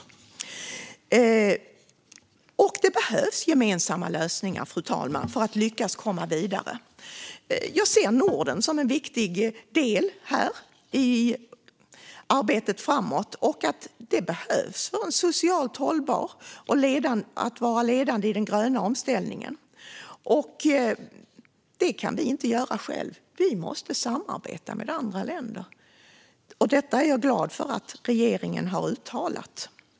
Fru talman! Det behövs gemensamma lösningar för att lyckas komma vidare. Jag ser Norden som en viktig del i arbetet framåt. För att vi ska arbeta socialt hållbart och vara ledande i den gröna omställningen måste vi samarbeta med andra länder. Det kan vi inte göra själva. Jag är glad över att regeringen har uttalat detta.